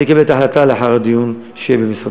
אני אקבל את ההחלטה לאחר הדיון שיהיה במשרדי.